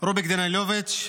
רוביק דנילוביץ'.